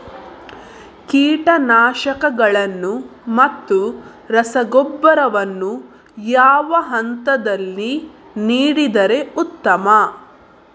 ಕೀಟನಾಶಕಗಳನ್ನು ಮತ್ತು ರಸಗೊಬ್ಬರವನ್ನು ಯಾವ ಹಂತದಲ್ಲಿ ನೀಡಿದರೆ ಉತ್ತಮ?